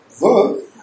work